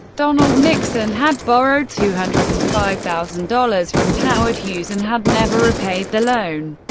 donald nixon had borrowed two hundred and five thousand dollars from howard hughes and had never repaid the loan.